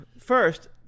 first